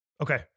Okay